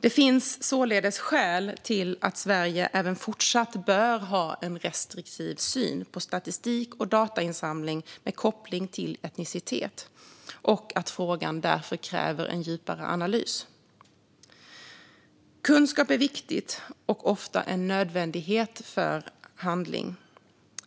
Det finns således skäl till att Sverige även fortsatt bör ha en restriktiv syn på statistik och datainsamling med koppling till etnicitet och att frågan därför kräver en djupare analys. Kunskap är viktigt och ofta en nödvändighet för handling.